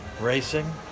racing